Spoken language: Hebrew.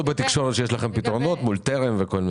בתקשורת שיש לכם פתרונות מול טרם וכל מיני.